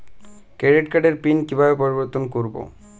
Credit কার্ডের PIN কিভাবে পরিবর্তন করবো?